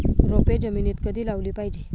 रोपे जमिनीत कधी लावली पाहिजे?